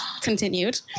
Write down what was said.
Continued